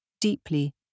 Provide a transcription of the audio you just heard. deeply